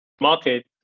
market